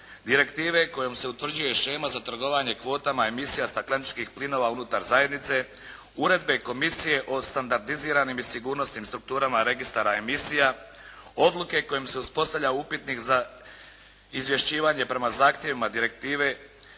Direktive kojom se utvrđuje shema za trgovanje kvotama emisijama stakleničkih plinova unutar zajednice, uredbe komisije o standardiziranim i sigurnosnim strukturama registara emisija, odluke kojom se uspostavlja upitnik za izvješćivanje prema zahtjevima direktive